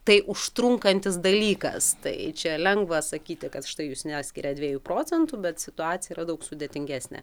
tai užtrunkantis dalykas tai čia lengva sakyti kad štai jūs neskiriat dviejų procentų bet situacija yra daug sudėtingesnė